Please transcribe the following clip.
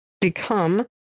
become